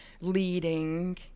leading